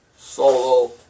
solo